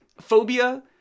phobia